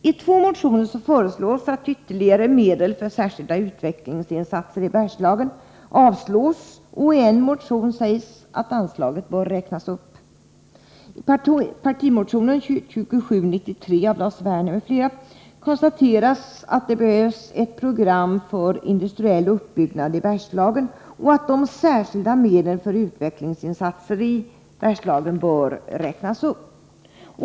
I två motioner föreslås att förslaget om ytterligare medel för särskilda utvecklingsinsatser i Bergslagen avslås, cch i en motion sägs att anslaget bör räknas upp. I partimotion 2793 av Lars Werner m.fl. konstateras att det behövs ett program för industriell uppbyggnad i Bergslagen och att de särskilda medlen för utvecklingsinsatser bör räknas upp.